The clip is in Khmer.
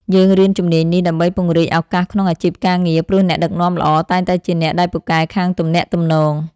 យើងរៀនជំនាញនេះដើម្បីពង្រីកឱកាសក្នុងអាជីពការងារ ព្រោះអ្នកដឹកនាំល្អតែងតែជាអ្នកដែលពូកែខាងទំនាក់ទំនង។